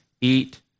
eat